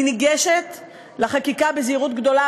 אני ניגשת לחקיקה בזהירות גדולה,